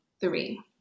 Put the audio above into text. three